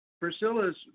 Priscilla's